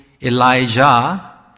Elijah